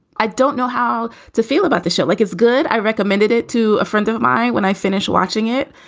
i don't know how to feel about the show. like it's good. i recommended it to a friend of mine when i finished watching it.